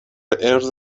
اِرز